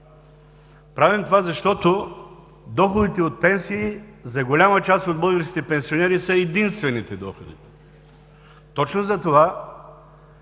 Правим това, защото доходите от пенсии за голяма част от българските пенсионери са единствените доходи. Точно затова